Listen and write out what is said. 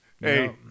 Hey